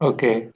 Okay